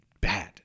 bad